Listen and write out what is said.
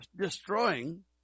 destroying